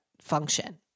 function